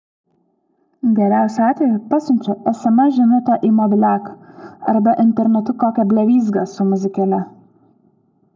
geriausiu atveju pasiunčiu sms žinutę į mobiliaką arba internetu kokią blevyzgą su muzikėle